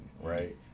right